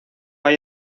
hay